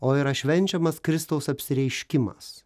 o yra švenčiamas kristaus apsireiškimas